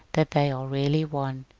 that they are rarely won.